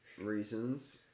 Reasons